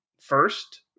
first